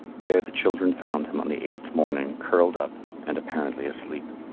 there the children found him on the eighth morning curled up and apparently asleep.